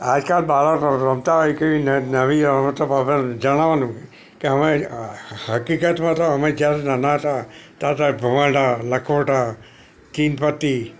આજકાલ બાળકો રમતા હોય કંઈક ન નવી રમતો જણાવાનું કે અમે હકીકતમાં તો અમે જ્યારે નાના હતા ત્યારે ત્યારે ભમરડા લખોટા તીનપત્તી